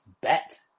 bet